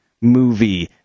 movie